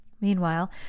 Meanwhile